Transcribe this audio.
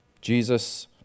Jesus